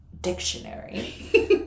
dictionary